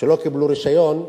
שלא קיבלו רשיון.